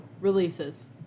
releases